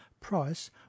price